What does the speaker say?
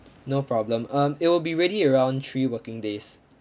no problem um it will be ready around three working days